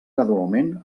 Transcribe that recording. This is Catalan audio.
gradualment